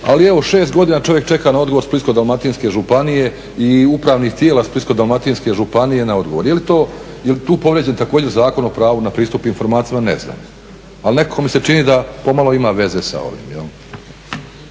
Ali evo 6 godina čovjek čeka na odgovor Splitsko-dalmatinske županije i upravnih tijela Splitsko-dalmatinske županije na odgovor. Je li to, je li tu povrijeđen također Zakon o pravo na pristup informacijama, ne znam. Ali nekako mi se čini da pomalo ima veza sa ovim.